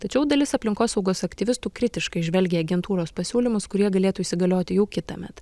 tačiau dalis aplinkosaugos aktyvistų kritiškai žvelgia į agentūros pasiūlymus kurie galėtų įsigalioti jau kitąmet